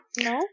No